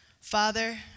Father